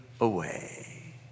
away